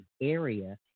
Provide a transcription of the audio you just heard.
area